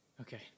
Okay